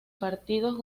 partidos